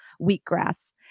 wheatgrass